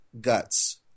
guts